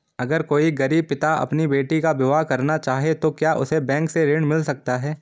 अगर कोई गरीब पिता अपनी बेटी का विवाह करना चाहे तो क्या उसे बैंक से ऋण मिल सकता है?